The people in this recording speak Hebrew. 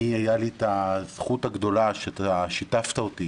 הייתה לי הזכות הגדולה שאתה שיתפת אותי